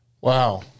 Wow